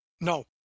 No